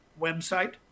website